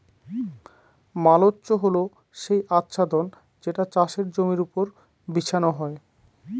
mulch হল সেই আচ্ছাদন যেটা চাষের জমির ওপর বিছানো হয়